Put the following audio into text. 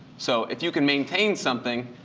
so if you can maintain something,